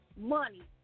money